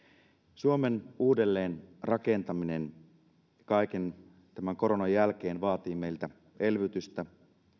suomen uudelleen rakentaminen kaiken tämän koronan jälkeen vaatii meiltä elvytystä